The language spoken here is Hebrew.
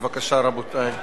בבקשה, רבותי.